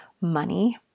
money